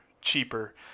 cheaper